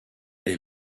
est